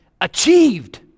achieved